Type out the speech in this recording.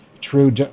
true